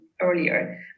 earlier